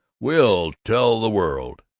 we'll tell the world!